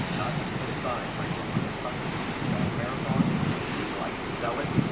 not just consign, bring in for consignment. if you got a marathon and you'd like to sell it.